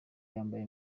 yambaye